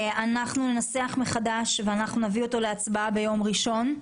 אנחנו ננסח מחדש ונביא אותו להצבעה ביום ראשון.